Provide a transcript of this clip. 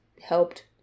helped